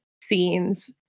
scenes